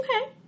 Okay